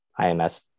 IMS